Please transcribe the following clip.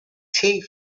tea